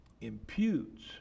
imputes